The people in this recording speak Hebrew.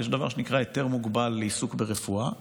יש דבר שנקרא היתר מוגבל לעיסוק ברפואה,